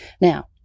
Now